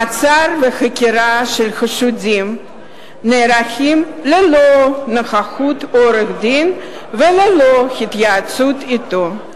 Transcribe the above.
מעצר וחקירה של חשודים נערכים ללא נוכחות עורך-דין וללא התייעצות אתו.